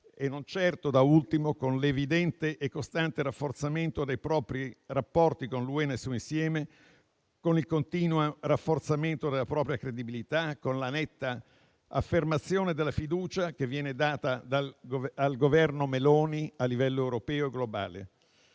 - non certo da ultimo - con l'evidente e costante rafforzamento dei propri rapporti con l'Unione europea nel suo insieme e il continuo rafforzamento della propria credibilità, con la netta affermazione della fiducia che viene data al Governo Meloni a livello europeo e globale.